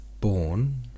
Born